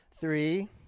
Three